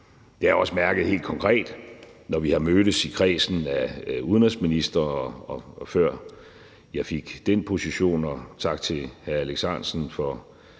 har jeg også mærket helt konkret, når vi har mødtes i kredsen af udenrigsministre, og også før jeg fik den position – og tak til hr. Alex Ahrendtsen for